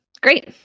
Great